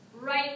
Right